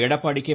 Edappadi K